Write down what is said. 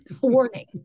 warning